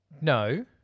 No